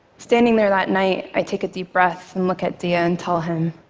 standing there that night, i take a deep breath and look at deah and tell him,